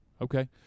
Okay